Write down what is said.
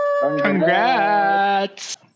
Congrats